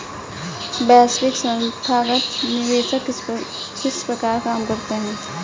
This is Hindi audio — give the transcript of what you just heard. वैश्विक संथागत निवेशक किस प्रकार काम करते हैं?